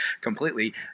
completely